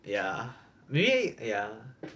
ya maybe ya